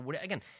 Again